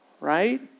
right